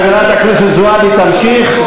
חברת הכנסת זועבי תמשיך,